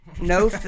No